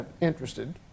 interested